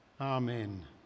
Amen